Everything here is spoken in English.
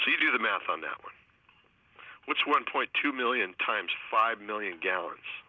she do the math on that one which one point two million times five million gallons